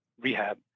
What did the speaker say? rehab